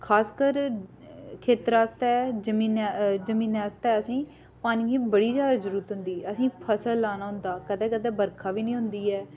खासकर खेत्तरै आस्तै जमीनै जमीनै आस्तै असेंगी पानी दी बड़ी ज्यादा जरूरत होंदी ऐ असेंगी फसल लाना होंदा कदें कदें बरखा बी नेईं होंदी ऐ